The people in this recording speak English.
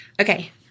Okay